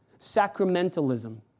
sacramentalism